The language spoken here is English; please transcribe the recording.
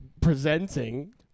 presenting